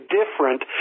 different